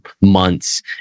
months